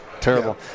Terrible